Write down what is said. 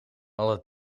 alle